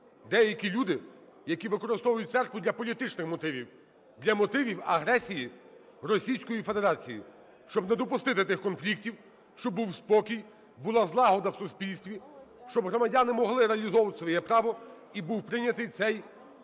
деякі люди, які використовують церкву для політичних мотивів, для мотивів агресії Російської Федерації. Щоб не допустити тих конфлікт, щоб був спокій, була злагода в суспільстві, щоб громадяни могли реалізовувати своє право, і був прийнятий цей,